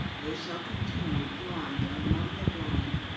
they shall continue blind among the blind.